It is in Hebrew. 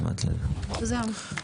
בכלל לא בטוח שזה תקציב, זה סנכרון מערכות.